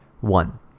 One